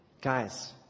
Guys